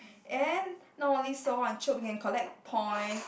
and not only so on Chope you can collect points